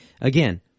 again